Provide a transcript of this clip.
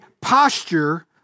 posture